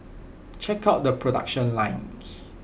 check out the production lines